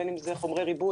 בין אם זה חומרי ריבוי,